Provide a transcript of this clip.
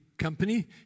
company